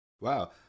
Wow